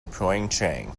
pyeongchang